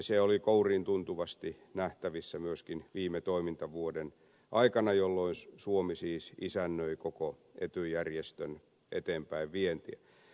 se oli kouriintuntuvasti nähtävissä myöskin viime toimintavuoden aikana jolloin suomi siis isännöi koko ety järjestön eteenpäinvientiä